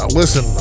listen